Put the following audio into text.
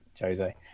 Jose